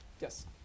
Yes